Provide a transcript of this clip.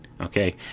okay